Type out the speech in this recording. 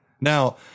Now